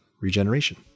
regeneration